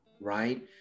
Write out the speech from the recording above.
right